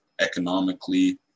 Economically